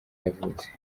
yavutse